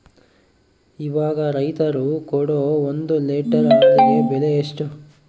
ಇವಾಗ ರೈತರು ಕೊಡೊ ಒಂದು ಲೇಟರ್ ಹಾಲಿಗೆ ಬೆಲೆ ಎಷ್ಟು?